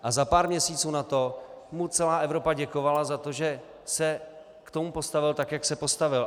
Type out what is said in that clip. A za pár měsíců na to mu celá Evropa děkovala za to, že se k tomu postavil tak, jak se postavil.